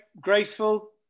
graceful